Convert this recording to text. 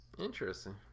Interesting